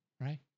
right